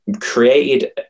created